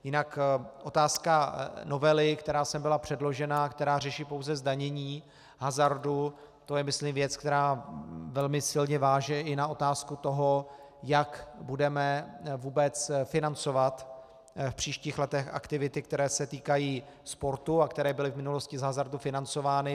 Jinak otázka novely, která sem byla předložena, která řeší pouze zdanění hazardu, to je myslím věc, která velmi silně váže i na otázku toho, jak budeme vůbec financovat v příštích letech aktivity, které se týkají sportu a které byly v minulosti z hazardu financovány.